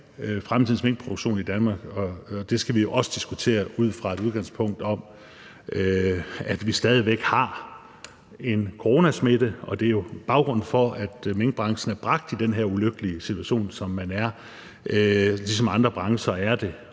fremtidens minkproduktion i Danmark, og det skal vi også diskutere ud fra et udgangspunkt om, at vi stadig væk har en coronasmitte, og at det jo er baggrunden for, at minkbranchen er bragt i den her ulykkelige situation, som den er, ligesom andre brancher er det,